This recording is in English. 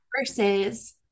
Versus